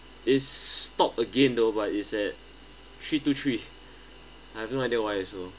it's stopped again though but is at three two three I have no idea why also